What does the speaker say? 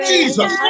Jesus